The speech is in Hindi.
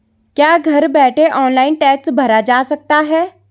क्या घर बैठे ऑनलाइन टैक्स भरा जा सकता है?